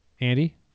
Andy